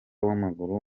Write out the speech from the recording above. w’amaguru